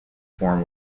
form